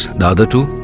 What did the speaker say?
the other two?